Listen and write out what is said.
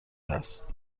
است